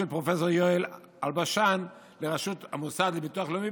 פרופ' יובל אלבשן לראשות המוסד לביטוח הלאומי,